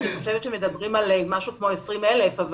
אני חושבת שמדברים על משהו כמו 20,000 אבל